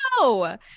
No